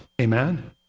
Amen